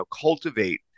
cultivate